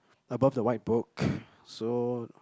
above the white book so